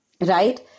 right